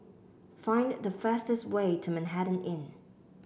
find the fastest way to Manhattan Inn